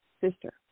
sister